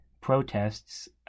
protests